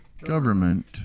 government